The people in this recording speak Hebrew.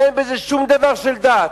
אין בזה שום דבר של דת.